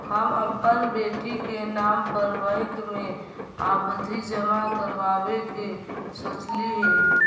हम अपन बेटी के नाम पर बैंक में आवधि जमा करावावे के सोचली हे